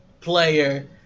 player